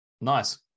Nice